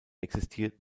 existiert